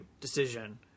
decision